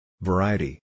Variety